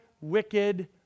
wicked